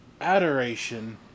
adoration